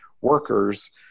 workers